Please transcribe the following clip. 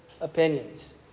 opinions